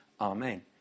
Amen